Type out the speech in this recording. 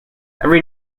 every